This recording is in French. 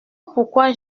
pourquoi